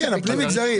כן, לפי מגזרים.